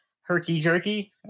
herky-jerky